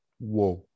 Whoa